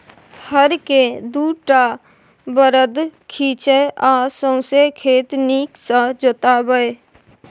हर केँ दु टा बरद घीचय आ सौंसे खेत नीक सँ जोताबै